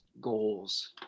goals